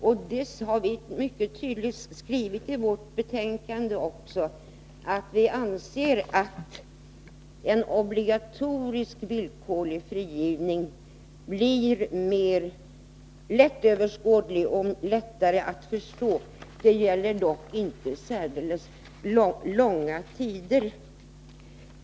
Vi har också mycket tydligt skrivit i vårt betänkande att vi anser att en obligatorisk villkorlig frigivning blir mer lättöverskådlig och lättare att förstå. Det gäller dock inte särdeles långa tider.